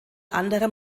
anderem